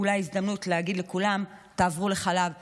אולי הזדמנות להגיד לכולם: עברו לחלב סויה,